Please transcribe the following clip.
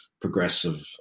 progressive